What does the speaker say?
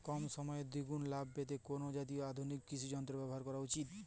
কম সময়ে দুগুন লাভ পেতে কোন জাতীয় আধুনিক কৃষি যন্ত্র ব্যবহার করা উচিৎ?